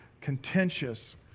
contentious